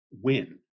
win